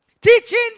Teaching